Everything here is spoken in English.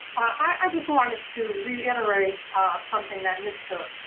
i, i just wanted to reiterate something that mr.